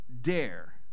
dare